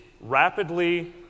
rapidly